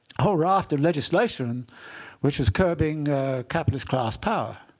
whole raft of legislation which was curbing capitalist class power.